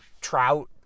trout